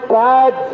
bad